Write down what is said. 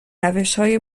روشهای